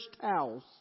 towels